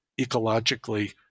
ecologically